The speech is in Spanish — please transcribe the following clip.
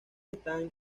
están